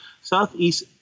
Southeast